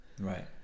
Right